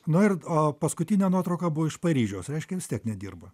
na ir o paskutinė nuotrauka buvo iš paryžiaus reiškia vis tiek nedirba